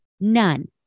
none